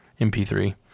MP3